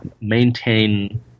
maintain